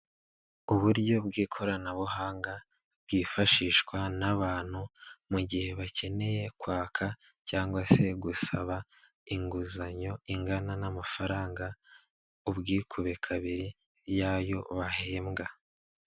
Uburyo bw'ikoranabuhanga bwifashishwa n'abantu mu gihe bakeneye kwaka cyangwa se gusaba inguzanyo, ingana n'amafaranga, ubwikube kabiri y'ayo bahembwa.